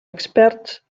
experts